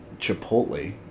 Chipotle